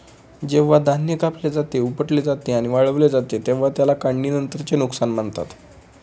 जेव्हा धान्य कापले जाते, उपटले जाते आणि वाळवले जाते तेव्हा त्याला काढणीनंतरचे नुकसान म्हणतात